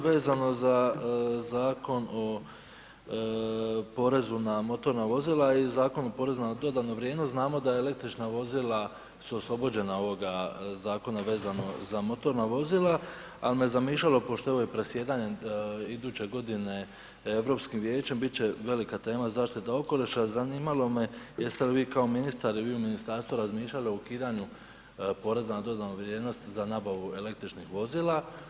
Vezano za Zakon o porezu na motorna vozila i Zakonu o porezu na dodanu vrijednost, znamo da električna vozila su oslobođena zakona vezano za motorna vozila, ali me zamišljalo pošto je ovo predsjedanje iduće godine Europskim vijećem bit će velika tema zaštita okoliša, zanimalo me jeste li vi kao ministar i vi u ministarstvu razmišljali o ukidanju poreza na dodanu vrijednost za nabavu električnih vozila?